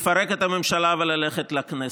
לפרק את הממשלה וללכת לכנסת.